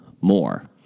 more